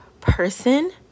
person